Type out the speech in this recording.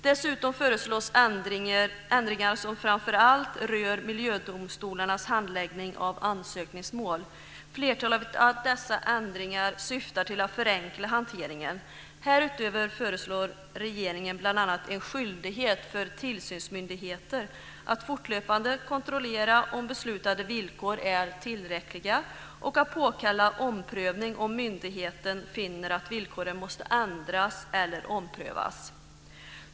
Dessutom föreslås ändringar som framför allt rör miljödomstolarnas handläggning av ansökningsmål. Flertalet av dessa ändringar syftar till att förenkla hanteringen. Härutöver föreslår regeringen bl.a. en skyldighet för tillsynsmyndiheter att fortlöpande kontrollera om beslutade villkor är tillräckliga och att påkalla omprövning om myndigheten finner att villkoren måste ändras eller omprövas.